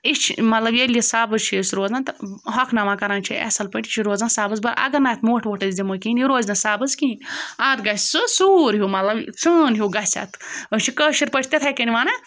یہِ چھِ مطلب ییٚلہِ یہِ سَبٕز چھِ اَسہِ روزان تہٕ ہۄکھناوان کَران چھِ یہِ اَصٕل پٲٹھۍ یہِ چھِ روزان سَبٕز وَ اگر نہٕ اَتھ مۄٹھ وۄٹھ أسۍ دِمو کِہیٖنۍ یہِ روزِ نہٕ سبٕز کِہیٖنۍ اَتھ گژھِ سُہ سوٗر ہیوٗ مطلب ژٲن ہیوٗ گژھِ اَتھ أسۍ چھِ کٲشِرۍ پٲٹھۍ تِتھٔے کٔنۍ وَنان